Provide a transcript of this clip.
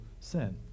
sin